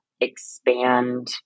expand